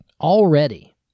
Already